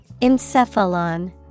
Encephalon